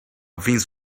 veins